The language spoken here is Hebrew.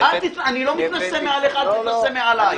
אני לא מתנשא מעליך, אל תתנשא מעליי.